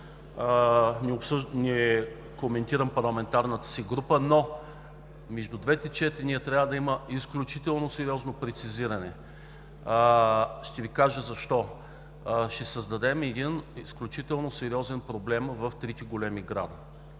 не коментирам парламентарната си група, но между двете четения трябва да има изключително сериозно прецизиране. Ще Ви кажа защо – ще създадем един изключително сериозен проблем в трите големи града.